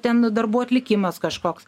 ten darbų atlikimas kažkoks